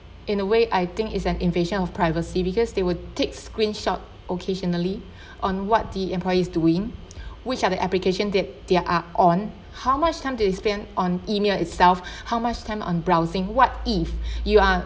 in a way I think it's an invasion of privacy because they will take screenshot occasionally on what the employees doing which are the application that they are on how much time do they spend on email itself how much time on browsing what if you are